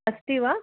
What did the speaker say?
अस्ति वा